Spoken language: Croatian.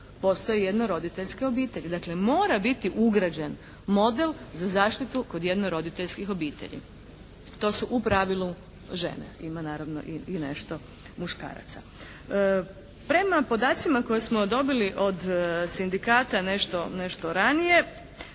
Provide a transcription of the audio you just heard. postoje jednoroditeljske obitelji. Dakle, mora biti ugrađen model za zaštitu kod jednoroditeljskih obitelji. To su u pravilu žene. Ima naravno i nešto muškaraca. Prema podacima koje smo dobili od sindikata nešto ranije